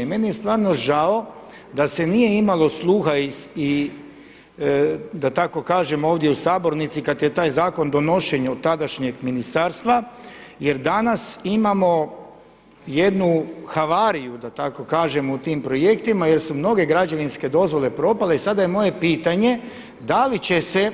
I meni je stvarno žao da se nije imalo sluha i da tako kažem ovdje u sabornici kada je taj zakon donošen od tadašnjeg ministarstva jer danas imamo jednu havariju, da tako kažem u tim projektima jer su mnoge građevinske dozvole propale i sada je moje pitanje da li će se